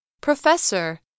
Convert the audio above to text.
Professor